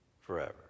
forever